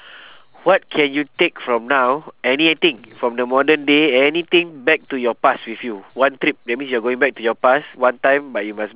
what can you take from now anything from the modern day anything back to your past with you one trip that means you're going back to your past one time but you must